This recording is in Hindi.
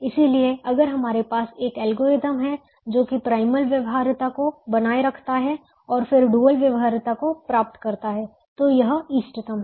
इसलिए अगर हमारे पास एक एल्गोरिथ्म है जो कि प्राइमल व्यवहार्यता को बनाए रखता है और फिर डुअल व्यवहार्यता को प्राप्त करता है तो यह इष्टतम है